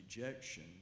rejection